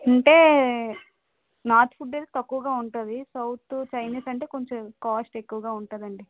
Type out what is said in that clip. అంటే north food అయితే తక్కువుగా ఉంటుంది సౌత్ ఫుడ్డు చైనీస్ అంటే కొంచం కాస్ట్ ఎక్కువుగా ఉంటుందండి